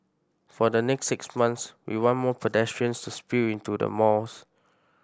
for the next six months we want more pedestrians to spill into the malls